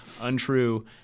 Untrue